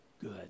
good